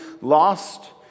lost